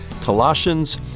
Colossians